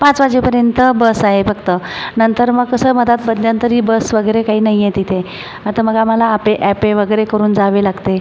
पाच वाजेपर्यंत बस आहे फक्त नंतर मग कसं मध्यात मध्यंतरी बस वगैरे काही नाही आहे तिथे आता मग आम्हाला आपे ॲपे वगैरे करून जावे लागते